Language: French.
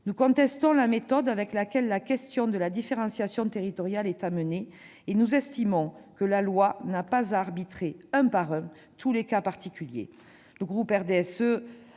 nous contestons la méthode avec laquelle la question de la différenciation territoriale est amenée ; nous estimons que la loi n'a pas à arbitrer un par un tous les cas particuliers.